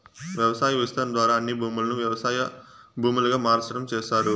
వ్యవసాయ విస్తరణ ద్వారా అన్ని భూములను వ్యవసాయ భూములుగా మార్సటం చేస్తారు